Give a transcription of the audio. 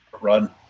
run